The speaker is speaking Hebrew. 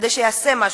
כדי שייעשה משהו.